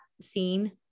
seen